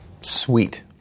Sweet